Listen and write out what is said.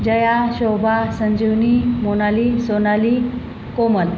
Jaya Shobha Sanjeevani Monali Sonali Komal